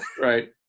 Right